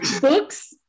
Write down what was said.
books